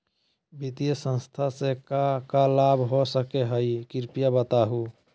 वित्तीय संस्था से का का लाभ हो सके हई कृपया बताहू?